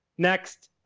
next.